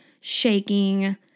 shaking